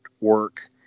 work